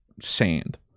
sand